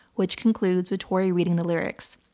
which concludes with tori reading the lyrics.